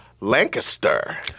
Lancaster